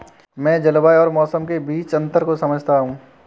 मैं जलवायु और मौसम के बीच अंतर को समझता हूं